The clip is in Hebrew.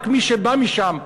רק מי שבא משם,